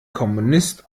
kommunist